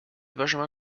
benjamin